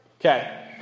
Okay